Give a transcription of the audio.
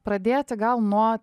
pradėti gal nuo